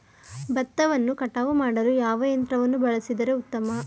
ಭತ್ತವನ್ನು ಕಟಾವು ಮಾಡಲು ಯಾವ ಯಂತ್ರವನ್ನು ಬಳಸಿದರೆ ಉತ್ತಮ?